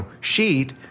sheet